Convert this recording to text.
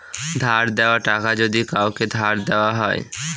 ধার দেওয়া টাকা যদি কাওকে ধার দেওয়া হয়